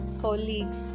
colleagues